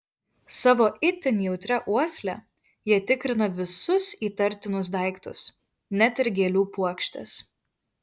savo itin jautria uosle jie tikrina visus įtartinus daiktus net ir gėlių puokštes